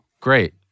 Great